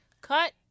cut